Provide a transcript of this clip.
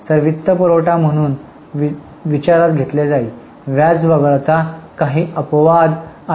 तर वित्तपुरवठा म्हणून विचारात घेतले जाईल व्याज वगळता काही अपवाद आहेत का